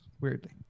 weirdly